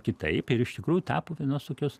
kitaip ir iš tikrųjų tapo vienos tokios